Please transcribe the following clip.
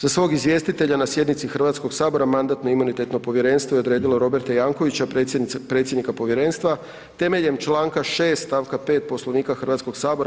Za svog izvjestitelja na sjednici Hrvatskog sabora Mandatno-imunitetno povjerenstvo je odredila Roberta Jankovisca predsjednika povjerenstva temeljem čl. 6. stavka 5. Poslovnika Hrvatskog sabora.